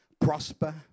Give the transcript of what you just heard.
Prosper